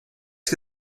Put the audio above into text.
que